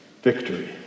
Victory